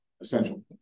essential